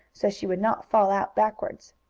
so she would not fall out backwards.